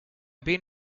been